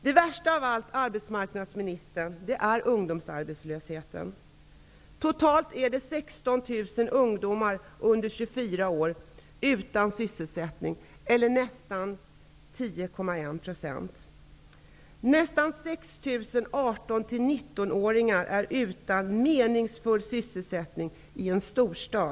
Det värsta av allt, arbetsmarknadsministern, är ungdomsarbetslösheten. Totalt är 16 000 ungdomar under 24 år utan sysselsättning, nästan 10,1 %. Nästan 6 000 ungdomar i 18--19-årsåldern är utan meningsfull sysselsättning, i en storstad.